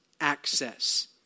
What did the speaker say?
access